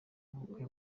ubukwe